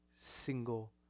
single